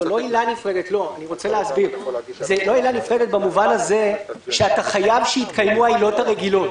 זו לא עילה נפרדת במובן הזה שאתה חייב שיתקיימו העילות הרגילות.